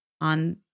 on